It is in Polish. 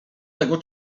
tego